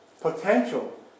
potential